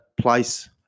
place